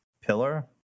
pillar